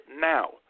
now